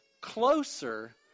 closer